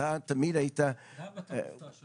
אתה תמיד היית --- למה אתה מופתע שאני פה?